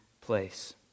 place